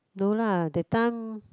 no lah that time